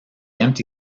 empty